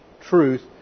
truth